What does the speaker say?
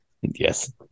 Yes